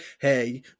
hey